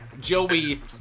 Joey